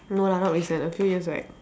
no lah not recent a few years back